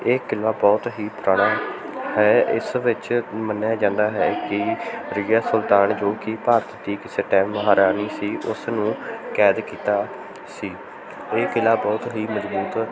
ਇਹ ਕਿਲ੍ਹਾ ਬਹੁਤ ਹੀ ਪੁਰਾਣਾ ਹੈ ਇਸ ਵਿੱਚ ਮੰਨਿਆ ਜਾਂਦਾ ਹੈ ਕਿ ਰਜੀਆ ਸੁਲਤਾਨ ਜੋ ਕਿ ਭਾਰਤ ਦੀ ਕਿਸੇ ਟਾਈਮ ਮਹਾਰਾਣੀ ਸੀ ਉਸ ਨੂੰ ਕੈਦ ਕੀਤਾ ਸੀ ਇਹ ਕਿਲ੍ਹਾ ਬਹੁਤ ਹੀ ਮਜ਼ਬੂਤ